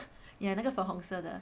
yeah 那个粉红色的